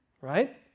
right